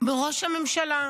בראש הממשלה,